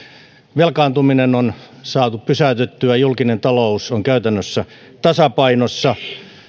velkaantuminen on saatu pysäytettyä ja julkinen talous on käytännössä tasapainossa